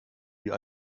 wir